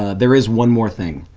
there is one more thing.